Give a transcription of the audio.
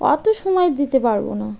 কত সময় দিতে পারবো না